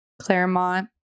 Claremont